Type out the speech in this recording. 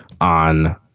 on